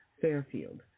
Fairfield